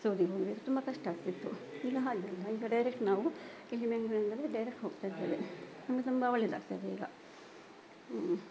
ಸೌದಿಗೆ ಹೋಗ್ಬೇಕು ತುಂಬ ಕಷ್ಟ ಆಗ್ತಿತ್ತು ಈಗ ಹಾಗಿಲ್ಲ ಈಗ ಡೈರೆಕ್ಟ್ ನಾವು ಇಲ್ಲಿ ಮಂಗ್ಳೂರಿಂದಲೇ ಡೈರೆಕ್ಟ್ ಹೋಗ್ತಾ ಇದ್ದೇವೆ ನಮಗೆ ತುಂಬ ಒಳ್ಳೆಯದಾಗ್ತದೆ ಈಗ